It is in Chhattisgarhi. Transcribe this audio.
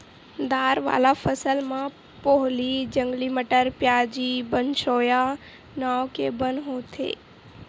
दार वाला फसल म पोहली, जंगली मटर, प्याजी, बनसोया नांव के बन होथे